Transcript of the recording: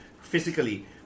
physically